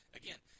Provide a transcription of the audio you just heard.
again